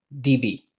DB